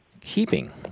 keeping